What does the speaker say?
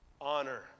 honor